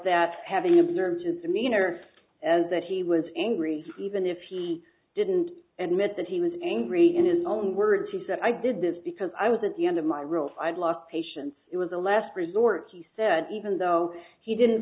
that having observed as i mean or as that he was angry even if he didn't and meant that he was angry in his own words he said i did this because i was at the end of my rule i'd lost patience it was a last resort he said even though he didn't